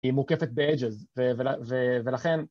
היא מוקפת בedges, ולכן...